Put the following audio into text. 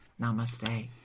namaste